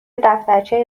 دفترچه